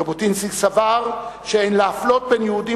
ז'בוטינסקי סבר שאין להפלות בין יהודים